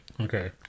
Okay